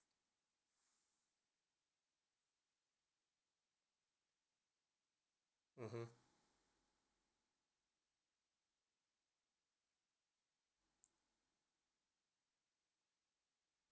mmhmm